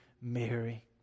Mary